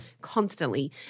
constantly